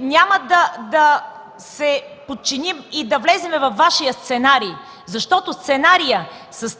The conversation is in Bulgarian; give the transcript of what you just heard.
няма да се подчиним и да влезем във Вашия сценарий, защото това е сценарий с